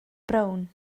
brown